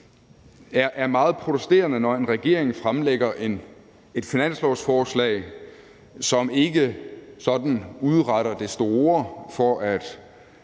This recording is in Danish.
er meget protesterende, når en regering fremsætter et finanslovsforslag, som ikke sådan udretter det store for at